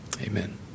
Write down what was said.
amen